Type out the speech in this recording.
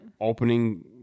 opening